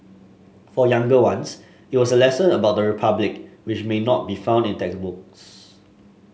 for younger ones it was a lesson about the Republic which may not be found in textbooks